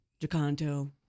Jacanto